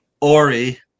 Ori